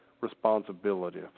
responsibility